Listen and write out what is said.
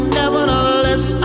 nevertheless